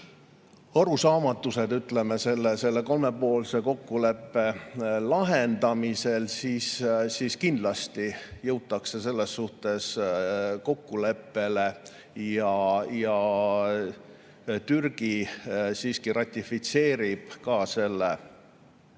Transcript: arusaamatused, ütleme, selle kolmepoolse kokkuleppega, siis kindlasti jõutakse selles suhtes kokkuleppele ja Türgi ratifitseerib ka Soome